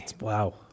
Wow